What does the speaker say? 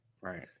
Right